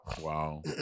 Wow